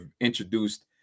introduced